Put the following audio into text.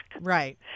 Right